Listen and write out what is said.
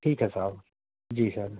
ٹھیک ہے صاحب جی سر